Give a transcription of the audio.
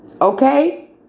Okay